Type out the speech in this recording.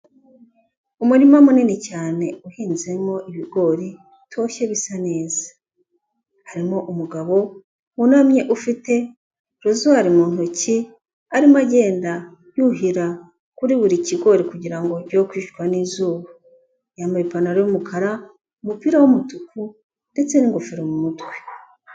Umurima munini cyane uhinzemo ibigori bitoshye bisa neza, harimo umugabo wunamye ufite rozwari mu ntoki arimo agenda yuhira kuri buri kigori kugira ngo cyoye kwicwa n'izuba, yambaye ipantaro y'umukara, umupira w'umutuku ndetse n'ingofero mu mutwe.